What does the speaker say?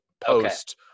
post